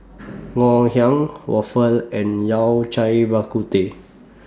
Ngoh Hiang Waffle and Yao Cai Bak Kut Teh